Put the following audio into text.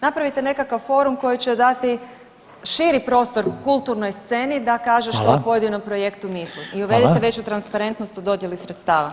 Napravite nekakav forum koji će dati širi prostor kulturnoj sceni [[Upadica Reiner: Hvala.]] da kaže što o pojedinom projektu misli i uvedite veću transparentnost u dodjeli sredstava.